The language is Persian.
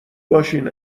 باشین